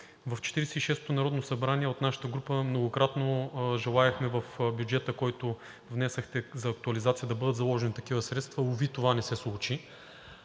шестото народно събрание от нашата група многократно желаехме в бюджета, който внесохте за актуализация, да бъдат заложени такива средства. Уви, това не се случи.